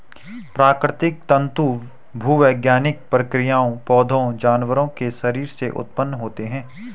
प्राकृतिक तंतु भूवैज्ञानिक प्रक्रियाओं, पौधों, जानवरों के शरीर से उत्पन्न होते हैं